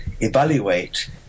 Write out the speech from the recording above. evaluate